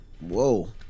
whoa